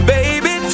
Baby